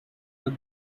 the